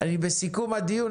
אני בסיכום הדיון,